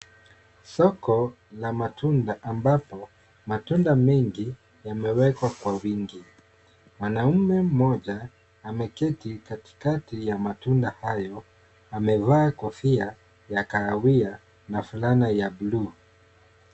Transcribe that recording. Soko la matunda ambapo matunda mengi yamewekwa kwa wingi. Wanaume mmoja ameketi katikati ya matunda hayo. Amevaa kofia ya kahawia na fulana ya blue .